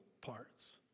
parts